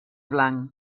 blanc